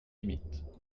limites